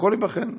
הכול ייבחן.